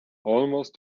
almost